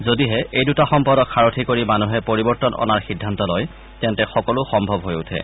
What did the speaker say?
যদিহে এই দুটা সম্পদক সাৰথি কৰি মানুহে পৰিৱৰ্তন অনাৰ সিদ্ধান্ত লয় তেন্তে সকলো সম্ভৱ হৈ উঠে